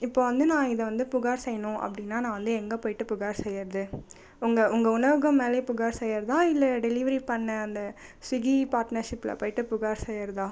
இப்போது வந்து நான் இதை வந்து புகார் செய்யணும் அப்படின்னா நான் வந்து எங்கே போயிட்டு புகார் செய்யறது உங்கள் உங்கள் உணவகம் மேல் புகார் செய்யறதா இல்லை டெலிவரி பண்ண அந்த ஸ்விக்கி பார்ட்னர்ஷிப்பில் போயிட்டு புகார் செய்யறதா